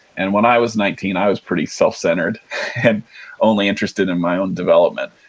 and when i was nineteen, i was pretty self-centered and only interested in my own development.